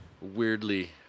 Weirdly